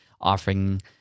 offering